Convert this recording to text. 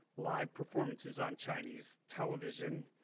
live performances on chinese television,